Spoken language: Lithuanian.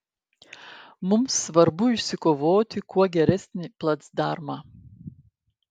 mums svarbu išsikovoti kuo geresnį placdarmą